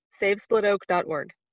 savesplitoak.org